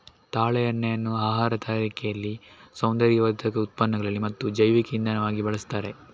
ತಾಳೆ ಎಣ್ಣೆಯನ್ನ ಆಹಾರ ತಯಾರಿಕೆಯಲ್ಲಿ, ಸೌಂದರ್ಯವರ್ಧಕ ಉತ್ಪನ್ನಗಳಲ್ಲಿ ಮತ್ತು ಜೈವಿಕ ಇಂಧನವಾಗಿ ಬಳಸ್ತಾರೆ